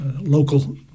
local